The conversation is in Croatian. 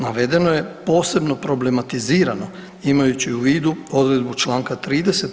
Navedeno je posebno problematizirano imajući u vidu odredbu čl. 30.